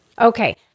Okay